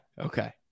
Okay